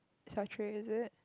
sa tray is it